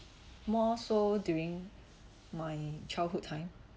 more so during my childhood time